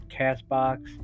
Castbox